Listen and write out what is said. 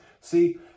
See